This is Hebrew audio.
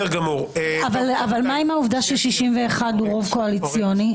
מה עם העובדה ש-61 הוא רוב קואליציוני?